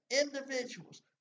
individuals